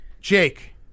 Jake